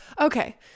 Okay